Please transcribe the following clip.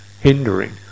hindering